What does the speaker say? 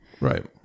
right